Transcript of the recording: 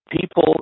People